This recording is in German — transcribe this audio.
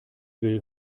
will